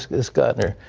this geithner,